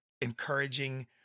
encouraging